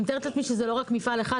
אני מתארת לעצמי שזה לא רק מפעל אחד,